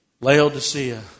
Laodicea